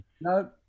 No